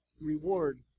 reward